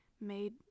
made